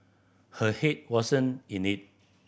her head wasn't in it